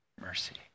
mercy